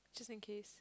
just in case